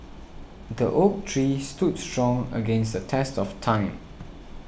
the oak tree stood strong against the test of time